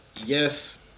Yes